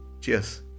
Cheers